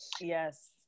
Yes